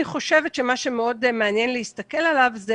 אני חושבת שמה שמאוד מעניין להסתכל עליו זה